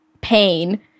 pain